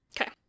okay